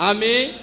Amen